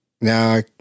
now